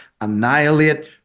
annihilate